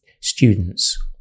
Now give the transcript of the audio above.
students